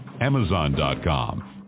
Amazon.com